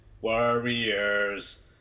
Warriors